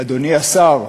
אדוני השר,